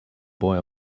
boy